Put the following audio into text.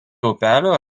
upelio